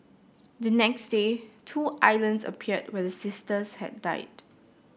the next day two islands appeared where sisters had died